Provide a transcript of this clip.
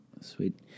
Sweet